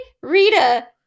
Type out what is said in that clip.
Rita